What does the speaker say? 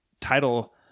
title